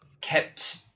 kept